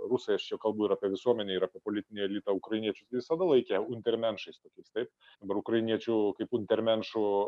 rusai aš čia kalbu ir apie visuomenę ir apie politinį elitą ukrainiečius visada laikė untermenšais tokiais taip darbai ukrainiečių kaip untermenšų